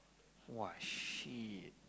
!wah! shit